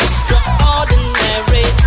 Extraordinary